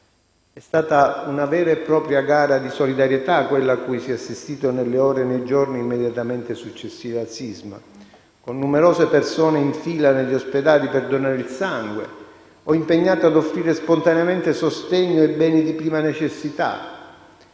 È stata una vera e propria gara di solidarietà quella a cui si è assistito nelle ore e nei giorni immediatamente successivi al sisma, con numerose persone in fila negli ospedali per donare il sangue o impegnate ad offrire spontaneamente sostegno e beni di prima necessità.